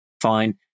fine